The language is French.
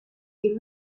des